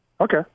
Okay